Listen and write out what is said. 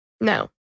No